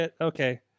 okay